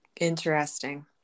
Interesting